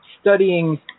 studying